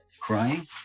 Crying